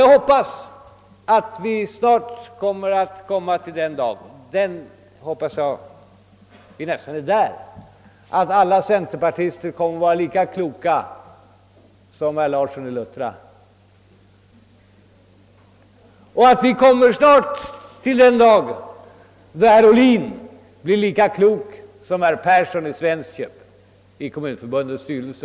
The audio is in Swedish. Jag hoppas också att vi snart skall få uppleva den dag ja, jag tror att vi nästan är där — då alla centerpartister är lika kloka som herr Larsson i Luttra och då herr Ohlin är lika klok som herr Persson i Svensköp i kommunförbundets styrelse.